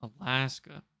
Alaska